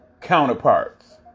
counterparts